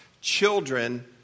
children